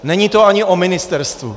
Není to ani o ministerstvu.